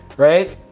right?